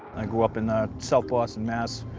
i grew up in ah south boston, mass.